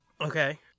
Okay